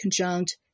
conjunct